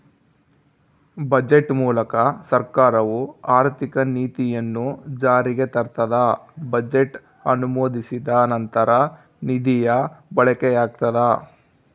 budget ಮೂಲಕ ಸರ್ಕಾರವು ಆರ್ಥಿಕ ನೀತಿಯನ್ನು ಜಾರಿಗೆ ತರ್ತದ ಬಜೆಟ್ ಅನುಮೋದಿಸಿದ ನಂತರ ನಿಧಿಯ ಬಳಕೆಯಾಗ್ತದ